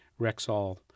Rexall